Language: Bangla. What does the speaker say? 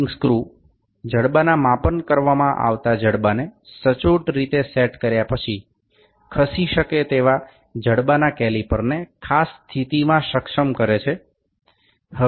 সুতরাং পরিমাপের উপর যথাযথভাবে বাহুটি রাখার পরে একটি নির্দিষ্ট অবস্থানে চলমান বাহুকে বন্ধনী স্ক্রুটির দ্বারা স্থাপন করা যায়